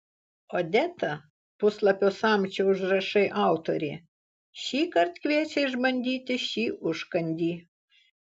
odeta puslapio samčio užrašai autorė šįkart kviečia išbandyti šį užkandį